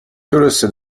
درسته